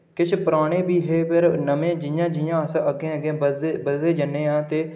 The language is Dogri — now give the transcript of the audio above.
किश पराने बी हे पर नमें जि'यां जि'यां अस अग्गै अग्गैबधदे बधदे जन्ने आं ते